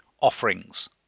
offerings